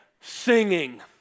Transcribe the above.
singing